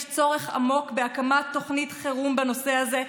יש צורך עמוק בהקמת תוכנית חירום בנושא הזה,